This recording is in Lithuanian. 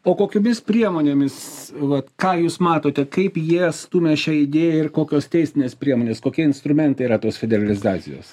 o kokiomis priemonėmis vat ką jūs matote kaip jie stumia šią idėją ir kokios teisinės priemonės kokie instrumentai yra tos federalizacijos